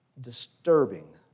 disturbing